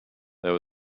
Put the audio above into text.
there